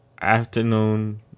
Afternoon